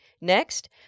Next